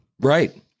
Right